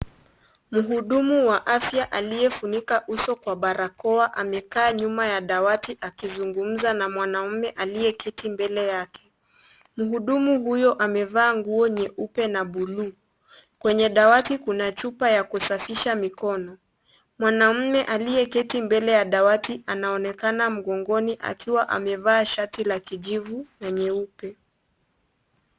Mhudumu wa afya aliyefunika uso kwa barakoa amekaa nyuma ya dawati akizungumza na mwanamke aliyeketi mbele yake. Mhudumu huyo amevaa nguo nyeupe na buluu. Kwenye dawati kuna chupa ya kusafisha mikono. Mwanamume aliyeketi mbele ya dawati anaonekana mgongoni akiwa amevaa shati la kijivu na nyeupe.